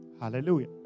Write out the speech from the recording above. Hallelujah